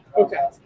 Okay